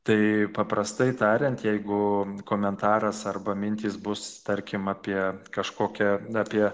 tai paprastai tariant jeigu komentaras arba mintys bus tarkim apie kažkokią apie